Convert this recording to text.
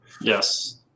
yes